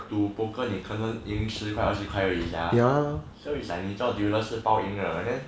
to poker 你可能赢十块二十块而已 sia so it's like 你做 dealers 你是包赢的